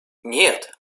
нет